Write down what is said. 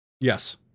Yes